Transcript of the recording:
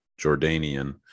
jordanian